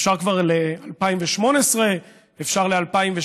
אפשר כבר ל-2018, אפשר ל-2017: